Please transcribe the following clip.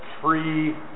free